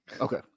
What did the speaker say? Okay